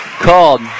called